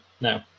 no